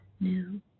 new